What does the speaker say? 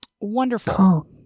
Wonderful